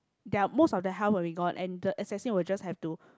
their most of their health will be gone and the assessing will just have to